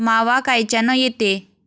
मावा कायच्यानं येते?